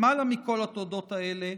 למעלה מכל התודות האלה,